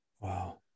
Wow